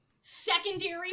secondary